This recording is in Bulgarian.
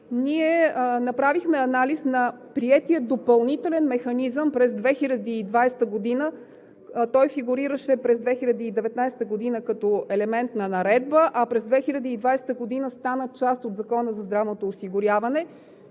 направихме анализ на приетия допълнителен механизъм през 2020 г. Той фигурираше и през 2019 г. като елемент на наредба, а през 2020 г. стана част от Закона за здравното осигуряване,